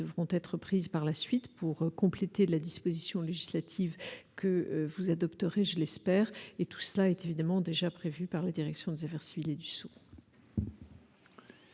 devront être prises par la suite pour compléter la disposition législative que vous adopterez, je l'espère et tout ça est évidemment déjà prévu par la direction des affaires civiles et du